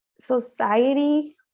society